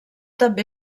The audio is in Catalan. també